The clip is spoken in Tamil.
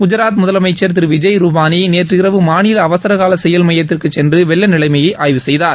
குஜராத் முதலமைச்சர் விஜய்ருபானி நேற்றிரவு மாநில அவசரகால செயல்மையத்துக்கு சென்று வெள்ள நிலைமையை ஆய்வு செய்தார்